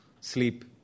sleep